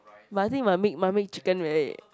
but I think must make must make chicken right